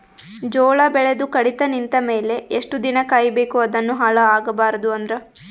ಜೋಳ ಬೆಳೆದು ಕಡಿತ ನಿಂತ ಮೇಲೆ ಎಷ್ಟು ದಿನ ಕಾಯಿ ಬೇಕು ಅದನ್ನು ಹಾಳು ಆಗಬಾರದು ಅಂದ್ರ?